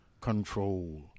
control